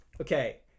Okay